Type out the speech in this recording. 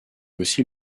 aussi